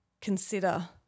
consider